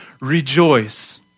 rejoice